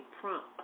prompt